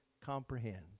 comprehend